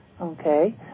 Okay